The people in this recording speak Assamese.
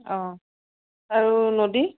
অঁ আৰু নদীৰ